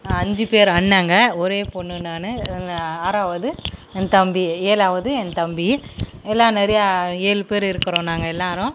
அஞ்சு பேர் அண்ணங்க ஒரே பொண் நான் நான் ஆறாவது என் தம்பி ஏழாவது என் தம்பி எல்லாம் நிறையா ஏழு பேர் இருக்கிறோம் நாங்கள் எல்லாரும்